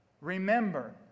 Remember